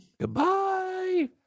Goodbye